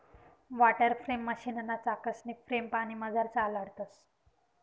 water frame मशीनना चाकसनी frame पानीमझार चालाडतंस